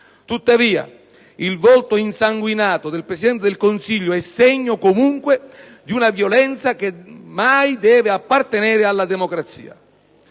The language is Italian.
Tuttavia, il volto insanguinato del Presidente del Consiglio è segno, comunque, di una violenza che mai deve appartenere alla democrazia.